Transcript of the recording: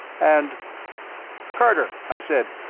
and carter, i said,